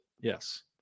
Yes